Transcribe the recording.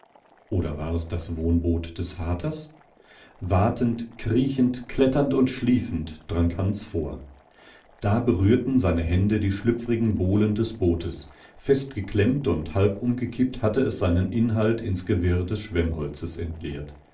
oder war es das wohnboot des vaters watend kriechend kletternd und schliefend drang hans vor da berührten seine hände die schlüpfrigen bohlen des bootes festgeklemmt und halb umgekippt hatte es seinen inhalt ins gewirr des schwemmholzes entleert